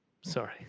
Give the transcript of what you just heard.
Sorry